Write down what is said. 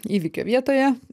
įvykio vietoje